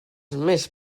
més